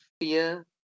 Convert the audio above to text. fear